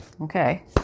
Okay